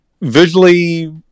visually